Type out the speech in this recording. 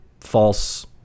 false